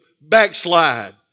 backslide